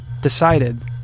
decided